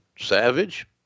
Savage